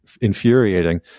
infuriating